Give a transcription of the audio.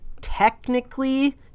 technically